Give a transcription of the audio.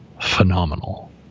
phenomenal